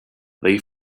they